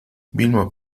vilma